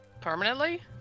permanently